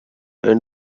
and